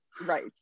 Right